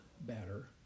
better